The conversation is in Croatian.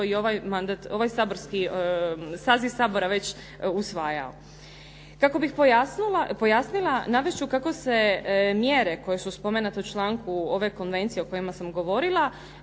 saborski saziv Sabora već usvajao. Kako bih pojasnila, navest ću kako se mjere koje su spomenute u članku ove konvencije o kojima sam govorila